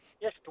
Yes